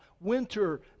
Winter